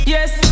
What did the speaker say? Yes